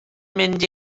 mynd